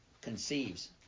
conceives